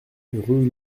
rue